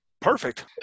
perfect